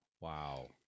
Wow